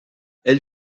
elle